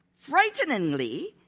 Frighteningly